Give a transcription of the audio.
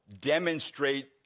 demonstrate